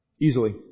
Easily